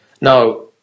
Now